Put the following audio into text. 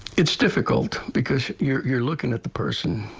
it's difficult because you're you're looking at the person.